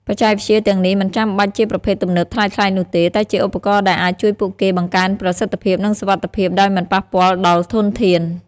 បច្ចេកវិទ្យាទាំងនេះមិនចាំបាច់ជាប្រភេទទំនើបថ្លៃៗនោះទេ តែជាឧបករណ៍ដែលអាចជួយពួកគេបង្កើនប្រសិទ្ធភាព និងសុវត្ថិភាពដោយមិនប៉ះពាល់ដល់ធនធាន។